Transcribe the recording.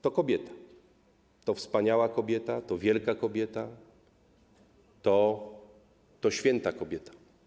To kobieta, to wspaniała kobieta, to wielka kobieta, to święta kobieta.